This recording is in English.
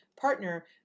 partner